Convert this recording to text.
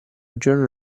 giorno